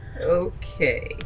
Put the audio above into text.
Okay